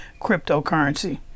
cryptocurrency